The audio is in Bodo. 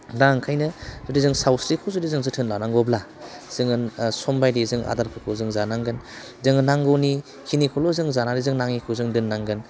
दा ओंखायनो जुदि जों सावस्रिखौ जुदि जों जोथोन लानांगौब्ला जोङो समबायदियै जों आदारफोरखौ जों जानांगोन जोङो नांगौनिखिनिखौल' जों जानानै जों नाङिखौ जों दोननांगोन